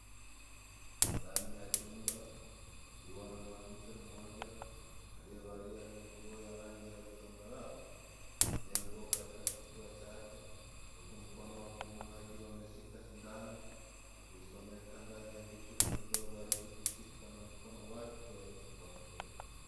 Ndani ya chumba pakiwa na mwanamke mmoja aliyevalia nguo ya rangi ya zambarau nembo katika kifua chake huku mkono wa kuume akiwa ameshika sindano na kuisomeka ndani ya kichupa kidogo alichokishika na mkono wake wa kushoto.